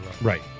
Right